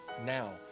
now